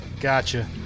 Gotcha